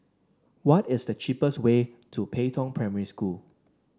what is the cheapest way to Pei Tong Primary School